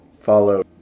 follow